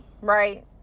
right